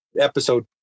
episode